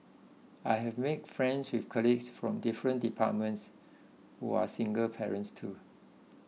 I have made friends with colleagues from different departments who are single parents too